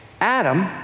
Adam